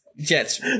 Jet's